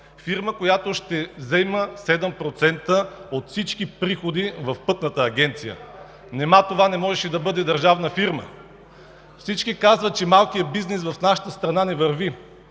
фирма, която ще взема 7% от всички приходи в Пътната агенция? Нима това не можеше да бъде държавна фирма? Всички казват, че малкият бизнес в нашата страна не върви.